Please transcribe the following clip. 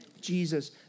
Jesus